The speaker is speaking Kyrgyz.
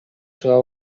чыга